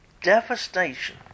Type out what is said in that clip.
devastation